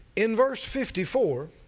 in verse fifty-four